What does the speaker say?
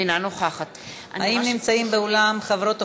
אינה נוכחת האם נמצאים באולם חברות או